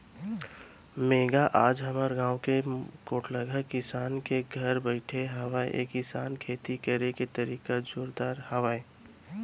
मेंहा आज हमर गाँव के पोठलगहा किसान के घर बइठे हँव ऐ किसान के खेती करे के तरीका जोरलगहा हावय